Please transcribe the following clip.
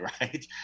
right